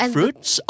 Fruits